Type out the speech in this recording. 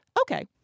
Okay